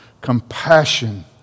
compassion